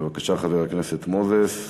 בבקשה, חבר הכנסת מוזס.